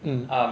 mm